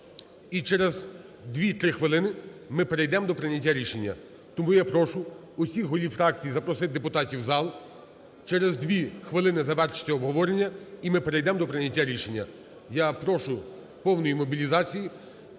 І через 2-3 хвилини ми перейдемо до прийняття рішення. Тому я прошу всіх голів фракцій запросити депутатів в зал. Через 2 хвилини завершити обговорення і ми перейдемо до прийняття рішення. Я прошу повної мобілізації